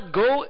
go